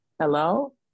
Hello